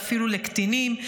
ואפילו לקטינים.